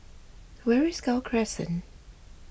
where is Gul Crescent